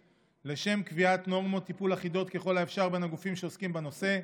לשם קביעת נורמות טיפול אחידות ככל האפשר בין הגופים שעוסקים בנושא,